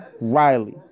Riley